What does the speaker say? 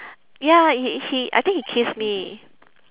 ya he he I think he kissed me